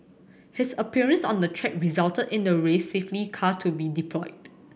his appearance on the track resulted in the race safety car to be deployed